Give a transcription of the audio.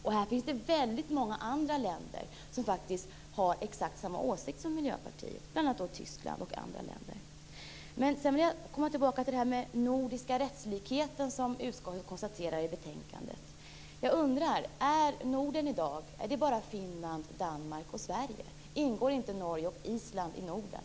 Det finns väldigt många andra länder, bl.a. Tyskland, som faktiskt har samma åsikt som Miljöpartiet. Jag vill också komma tillbaka till den nordiska rättslikhet som utskottet konstaterar i betänkandet. Jag undrar: Är Norden i dag bara Finland, Danmark och Sverige? Ingår inte Norge och Island i Norden?